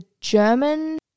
German